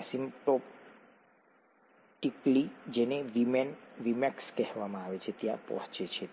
asymptotically જેને VM V max કહેવામાં આવે છે ત્યાં પહોંચે છે